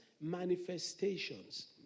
manifestations